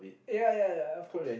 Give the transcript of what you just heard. ya ya ya of course